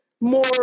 more